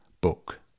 book